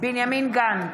בנימין גנץ,